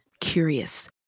curious